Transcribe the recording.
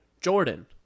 Jordan